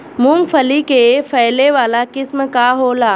मूँगफली के फैले वाला किस्म का होला?